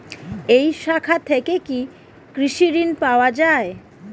এই শাখা থেকে কি কৃষি ঋণ পাওয়া যায়?